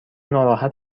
ناراحت